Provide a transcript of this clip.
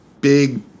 big